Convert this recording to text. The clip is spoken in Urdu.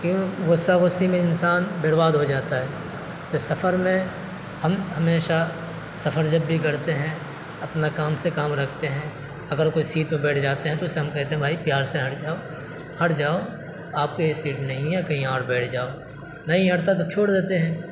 کیوں غصہ غصی میں انسان برباد ہو جاتا ہے تو سفر میں ہم ہمیشہ سفر جب بھی کرتے ہیں اپنا کام سے کام رکھتے ہیں اگر کوئی سیٹ پر بیٹھ جاتے ہیں تو اسے ہم کہتے ہیں بھائی پیار سے ہٹ جاؤ ہٹ جاؤ آپ کے یہ سیٹ نہیں ہے کہیں اور بیٹھ جاؤ نہیں ہٹتا تو چھوڑ دیتے ہیں